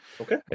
Okay